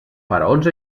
faraons